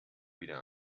wieder